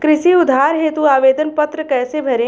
कृषि उधार हेतु आवेदन पत्र कैसे भरें?